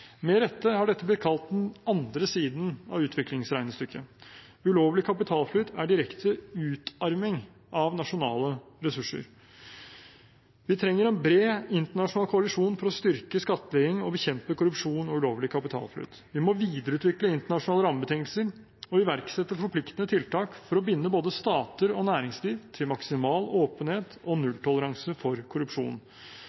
Med rette har dette blitt kalt den andre siden av utviklingsregnestykket. Ulovlig kapitalflyt er direkte utarming av nasjonale ressurser. Vi trenger en bred internasjonal koalisjon for å styrke skattlegging og bekjempe korrupsjon og ulovlig kapitalflyt. Vi må videreutvikle internasjonale rammebetingelser og iverksette forpliktende tiltak for å binde både stater og næringsliv til maksimal åpenhet og